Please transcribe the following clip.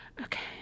Okay